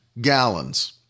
gallons